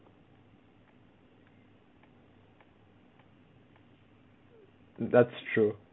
that's true